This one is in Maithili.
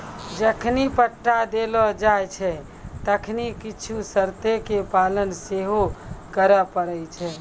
जखनि पट्टा देलो जाय छै तखनि कुछु शर्तो के पालन सेहो करै पड़ै छै